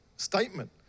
statement